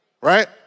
Right